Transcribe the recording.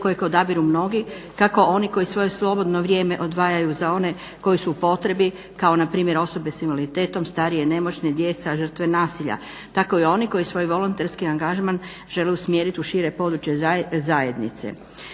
kojeg odabiru mnogi, kako oni koji svoje slobodno vrijeme odvajaju za one koji su u potrebi, kao npr. osobe s invaliditetom, starije, nemoćne, djeca, žrtve nasilja, tako i oni koji svoj volonterski angažman žele usmjerit u šire područje zajednice.